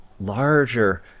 larger